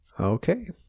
Okay